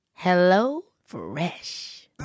HelloFresh